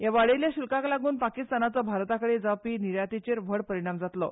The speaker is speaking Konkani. ह्या वाडयिल्ल्या शुल्काक लागून पाकिस्तानाचो भारता कडेन जावपी निर्गतीचेर व्हड परिणाम जातलो